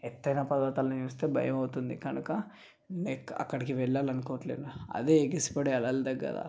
ఎత్తయిన పర్వతాల్ని చూస్తే భయమవుతుంది కనుక నే క అక్కడికి వెళ్ళాలనుకోవట్లేదు అదే ఎగిసిపడే అలల దగ్గర